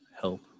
help